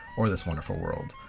or this wonderful world.